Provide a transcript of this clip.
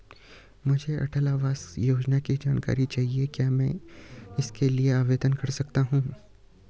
मुझे अटल आवास योजना की जानकारी चाहिए क्या मैं इसके लिए आवेदन कर सकती हूँ?